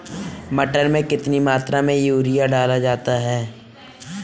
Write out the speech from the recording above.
मटर में कितनी मात्रा में यूरिया डाला जाता है?